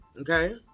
okay